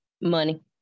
Money